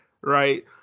right